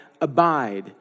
abide